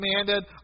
commanded